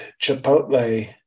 Chipotle